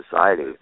society